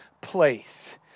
place